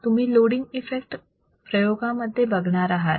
तुम्ही loading effect प्रयोगामध्ये बघणार आहात